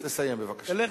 תלך